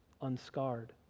unscarred